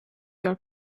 your